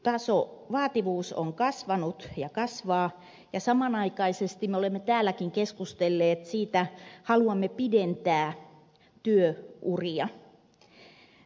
työn vaativuus on kasvanut ja kasvaa ja samanaikaisesti me olemme täälläkin keskustelleet siitä että haluamme pidentää työuria